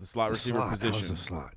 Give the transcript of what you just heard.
the slot receiver position the slot